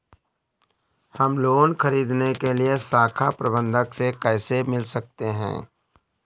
हम लोन ख़रीदने के लिए शाखा प्रबंधक से कैसे मिल सकते हैं?